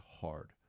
hard